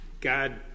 God